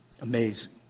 Amazing